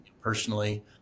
personally